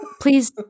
Please